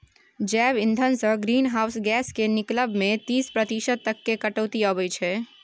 जैब इंधनसँ greenhouse gas केर निकलब मे तीस प्रतिशत तक केर कटौती आबय छै